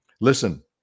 listen